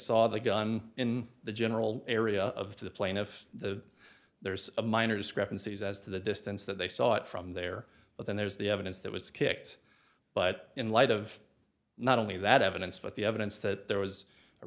saw the gun in the general area of the plane of the there's a minor discrepancies as to the distance that they saw it from there but then there is the evidence that was kicked but in light of not only that evidence but the evidence that there was a